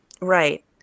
Right